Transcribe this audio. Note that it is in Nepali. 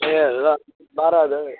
ए ल बाह्र हजार